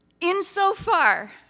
Insofar